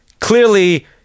Clearly